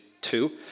two